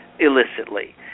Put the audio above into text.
illicitly